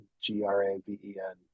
g-r-a-v-e-n